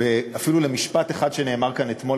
ואפילו למשפט אחד שנאמר כאן אתמול,